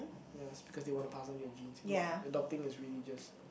ya it's because they want to pass on their genes if not adopting is really just